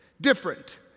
different